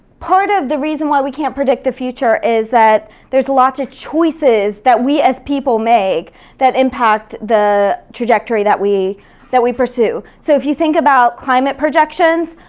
part of the reason why we can't predict the future is that there's lots of choices that we as people make that impact the trajectory that we that we pursue. so if you think about climate projections,